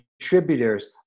contributors